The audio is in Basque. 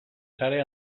sare